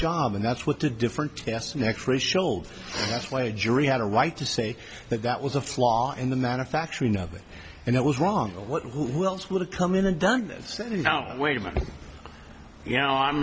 job and that's what the different tests and x rays showed that's why a jury had a right to say that that was a flaw in the manufacturing of it and it was wrong what who would come in and then this city you know wait a minute you know i'm